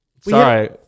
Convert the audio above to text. Sorry